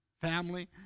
family